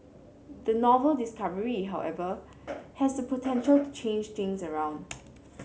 the novel discovery however has the potential to change things around